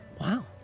Wow